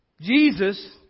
Jesus